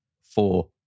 four